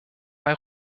bei